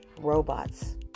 robots